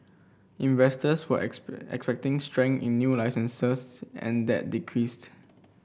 investors were expecting strength in new licences and that decreased